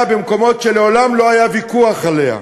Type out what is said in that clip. במקומות שמעולם לא היה ויכוח עליהם.